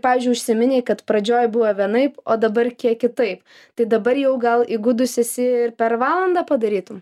pavyzdžiui užsiminei kad pradžioj buvo vienaip o dabar kiek kitaip tai dabar jau gal įgudus esi ir per valandą padarytum